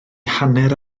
hanner